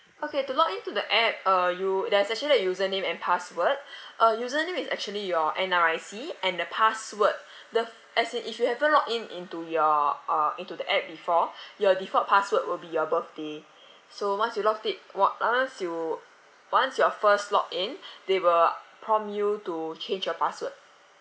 okay to login to the app uh you there's actually a username and password uh username is actually your N_R_I_C and the password the f~ as in if you haven't log in into your uh into the app before your default password will be your birthday so once you logged it o~ once you once you are first log in they will prompt you to change your password